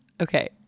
Okay